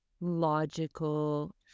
logical